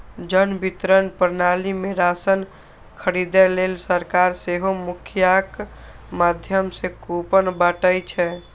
जन वितरण प्रणाली मे राशन खरीदै लेल सरकार सेहो मुखियाक माध्यम सं कूपन बांटै छै